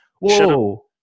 Whoa